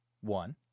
one